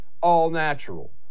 All-natural